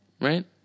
right